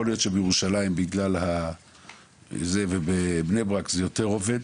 יכול להיות שבירושלים ובבני ברק זה זה יותר עובד,